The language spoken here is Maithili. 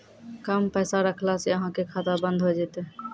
कम पैसा रखला से अहाँ के खाता बंद हो जैतै?